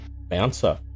Bouncer